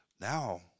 now